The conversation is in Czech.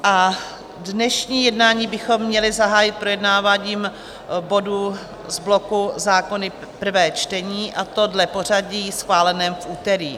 A dnešní jednání bychom měli zahájit projednáváním bodů z bloku Zákony prvé čtení, a to dle pořadí schváleném v úterý.